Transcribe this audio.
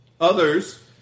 Others